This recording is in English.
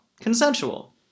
consensual